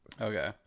Okay